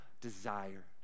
desire